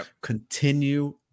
Continue